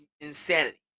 insanity